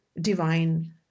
divine